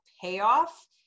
payoff